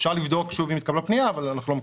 אפשר לבדוק שוב אם התקבלה פנייה אבל אנחנו לא מכירים.